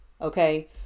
Okay